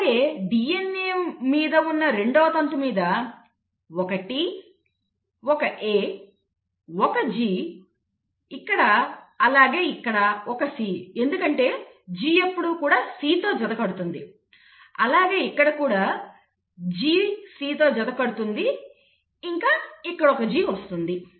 అలాగే DNA మీద ఉన్న రెండవ వంతు మీద ఒక T ఒక A ఒక G ఇక్కడ అలాగే ఇక్కడ ఒక C ఎందుకంటే G ఎప్పుడూ కూడా C తో జత కడుతుంది అలాగే ఇక్కడ కూడా G C తో జత కడుతుంది ఇంకా ఇక్కడ ఒకG వస్తుంది